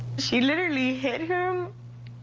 she literally hit him.